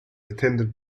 attended